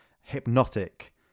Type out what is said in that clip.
hypnotic